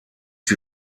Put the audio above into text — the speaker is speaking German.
die